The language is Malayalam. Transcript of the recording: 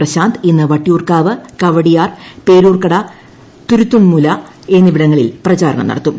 പ്രശാന്ത് ഇന്ന് വട്ടിയൂർക്കാവ് കവടിയാർ പേരുർക്കട തുരുത്തുംമൂല എന്നിവിടങ്ങളിൽ പ്രചാരണം നടത്തും